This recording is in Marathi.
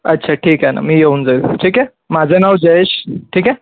अच्छा ठीक आहे ना मी येऊन जाईल ठीक आहे माझं नाव जयेश ठीक आहे